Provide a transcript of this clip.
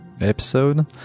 episode